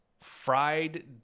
fried